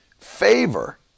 Favor